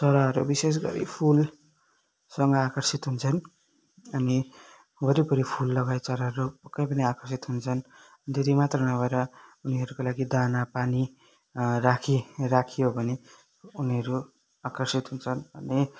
चराहरू विशेष गरी फुलसँग आकर्षित हुन्छन् अनि वरिपरि फुल लगाए चराहरू पक्कै पनि आकर्षित हुन्छन् त्यति मात्र नभएर उनीहरूको लागि दाना पानी राखी राखियो भने उनीहरू आकर्षित हुन्छन् अनि